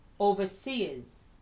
overseers